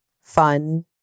fun